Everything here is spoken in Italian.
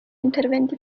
interventi